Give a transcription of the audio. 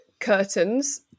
curtains